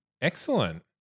Excellent